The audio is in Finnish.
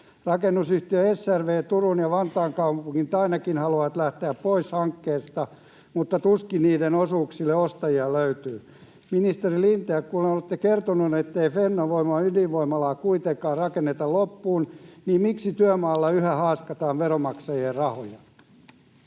rakennusyhtiö SRV ja Turun ja Vantaan kaupungit haluavat lähteä pois hankkeesta, mutta tuskin niiden osuuksille ostajia löytyy. Ministeri Lintilä, kun olette kertonut, ettei Fennovoiman ydinvoimalaa kuitenkaan rakenneta loppuun, niin miksi työmaalla yhä haaskataan veronmaksajien rahoja?